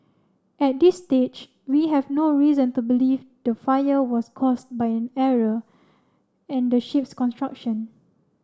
at this stage we have no reason to believe the fire was caused by an error in the ship's construction